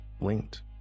linked